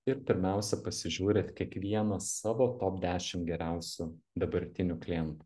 ir pirmiausia pasižiūrit kiekvienas savo top dešim geriausių dabartinių klientų